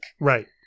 right